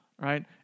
Right